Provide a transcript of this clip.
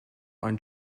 ein